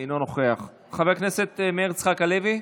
אינו נוכח, חבר הכנסת מאיר יצחק הלוי.